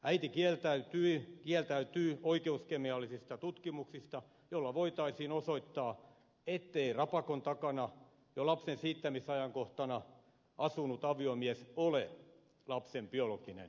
äiti kieltäytyy oikeuskemiallisista tutkimuksista jolla voitaisiin osoittaa ettei rapakon takana jo lapsen siittämisajankohtana asunut aviomies ole lapsen biologinen isä